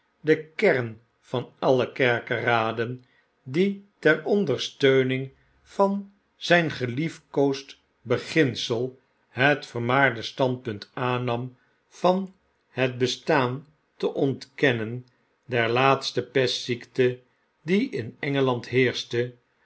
de kern van alle kerkeraden die ter ondersteuning van zijn geliefkoosd beginsel het vermaarde standpunt aannam van net bestaan te ontkennen der laatste pestziekte die in engeland